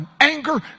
anger